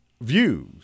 views